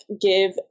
give